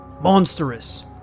monstrous